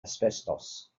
asbestos